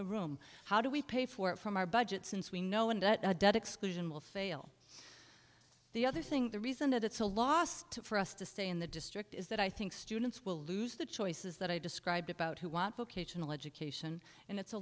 the room how do we pay for it from our budget since we know and a debt exclusion will fail the other thing the reason that it's a lost for us to stay in the district is that i think students will lose the choices that i described about who want vocational education and it's a